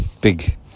big